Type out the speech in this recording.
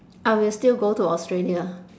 I will still go to australia